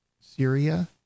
Syria